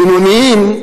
בינוניים,